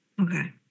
Okay